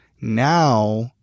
now